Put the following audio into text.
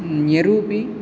न्यरूपी